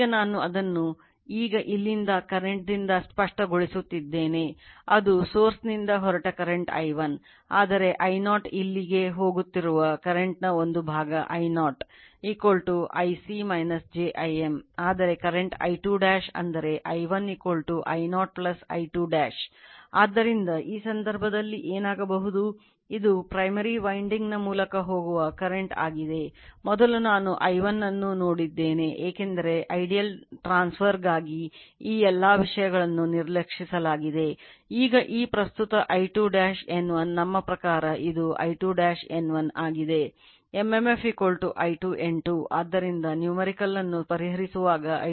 ಈಗ ನಾನು ಅದನ್ನು ಈಗ ಇಲ್ಲಿಂದ current ಅನ್ನು ಪರಿಹರಿಸುವಾಗ I2 ಇದು N2 N1 I2 ಆಗಿರುತ್ತದೆ